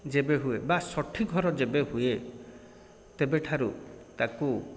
ଯେବେ ହୁଏ ବା ଷଠି ଘର ଯେବେ ହୁଏ ତେବେ ଠାରୁ ତାକୁ